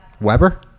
Weber